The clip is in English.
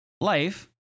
life